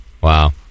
Wow